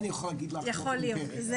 יכול להיות.